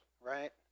right